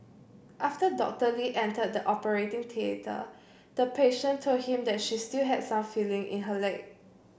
after Doctor Lee entered the operating theatre the patient told him that she still had some feeling in her leg